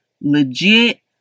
legit